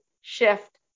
shift